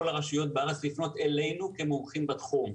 הרשויות בארץ לפנות אלינו כמומחים בתחום.